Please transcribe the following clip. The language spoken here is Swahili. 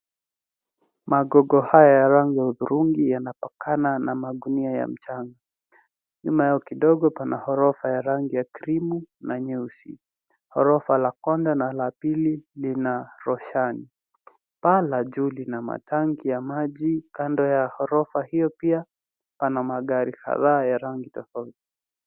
Magugu ya rangi ya waridi yanapakana na magunia ya mchanga. Nyuma kidogo kuna ghorofa ya rangi ya krimu na nyeusi. Ghorofa la kwanza na la pili lina roshani. Juu kabisa kuna paa na matangi ya maji. Kando ya ghorofa hiyo pia kuna magari kadhaa ya rangi tofauti.